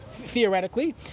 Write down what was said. theoretically